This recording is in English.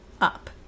up